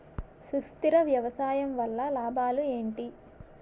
సుస్థిర వ్యవసాయం వల్ల లాభాలు ఏంటి?